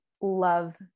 love